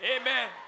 Amen